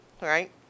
right